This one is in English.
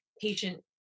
patient